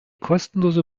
kostenlose